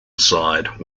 side